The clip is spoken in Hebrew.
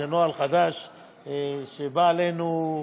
זה נוהל חדש שבא עלינו,